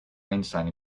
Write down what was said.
einstein